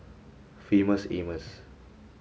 famous Amos